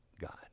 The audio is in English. god